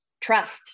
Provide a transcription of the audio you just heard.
trust